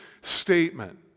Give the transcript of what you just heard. statement